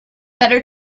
better